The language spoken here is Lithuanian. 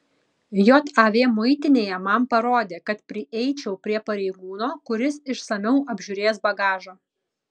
jav muitinėje man parodė kad prieičiau prie pareigūno kuris išsamiau apžiūrės bagažą